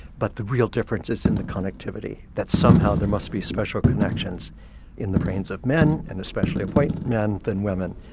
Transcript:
but the real difference is in the connectivity, that somehow there must be special connections in the brains of men and especially of white men than women.